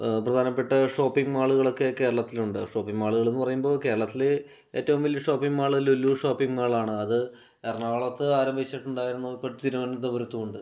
പ്രധാനപ്പെട്ട ഷോപ്പിംഗ് മാളുകളൊക്കെ കേരളത്തിലുണ്ട് ഷോപ്പിംഗ് മാളുകളെന്ന് പറയുമ്പോൾ കേരളത്തിൽ ഏറ്റവും വലിയ ഷോപ്പിംഗ് മാൾ ലുലു ഷോപ്പിംഗ് മാളാണ് അത് എറണാകുളത്ത് ആരംഭിച്ചിട്ടുണ്ടായിരുന്നു ഇപ്പോൾ തിരുവനന്തപുരത്തുമുണ്ട്